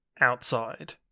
outside